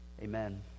Amen